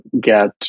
get